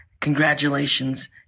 Congratulations